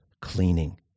cleaning